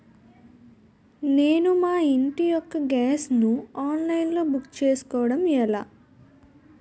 నేను మా ఇంటి యెక్క గ్యాస్ ను ఆన్లైన్ లో బుక్ చేసుకోవడం ఎలా?